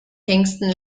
kingston